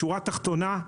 שורה תחתונה,